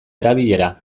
erabilera